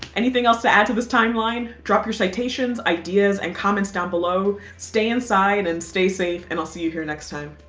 anything else to add to this timeline? drop your citations, ideas and comments down below. stay inside and stay safe. and i'll see you here next time.